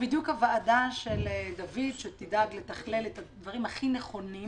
זו בדיוק הוועדה של דויד שתדאג לתכלל את הדברים הכי נכונים